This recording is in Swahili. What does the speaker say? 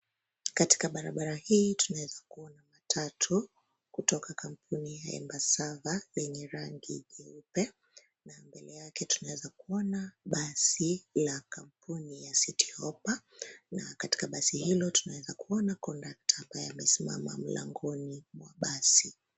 Katika barabara hii tunaweza kuona matatu kutoka kampuni ya Embassava yenye rangi nyeupe, na mbele yake tunaweza kuona basi la kampuni ya Citi Hoppa. Na katika basi hilo tunaweza kuona conductor ambaye amesimama mlangoni mwa basi.